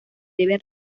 deben